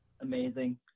Amazing